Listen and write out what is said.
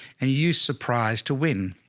and you use surprise to win